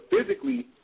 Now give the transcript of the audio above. physically